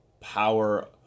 Power